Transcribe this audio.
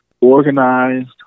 organized